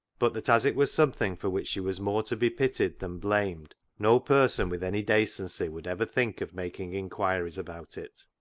but that as it was something for which she was more to be pitied than blamed no person with any dacency would ever think of making inquiries about it.